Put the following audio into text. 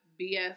BS